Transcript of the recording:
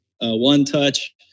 one-touch